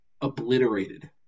obliterated